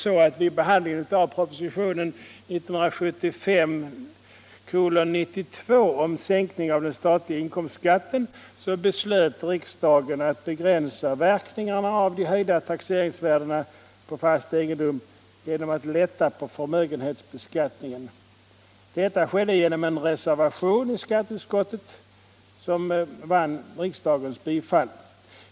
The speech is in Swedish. Vid behandlingen av propositionen 1975:92 om sänkning av den statliga inkomstskatten beslöt riksdagen att begränsa verkningarna av de höjda taxeringsvärdena på fast egendom genom att lätta på förmögenhetsbeskattningen. Detta skedde genom att en reservation i skatteutskottet vann riksdagens bifall.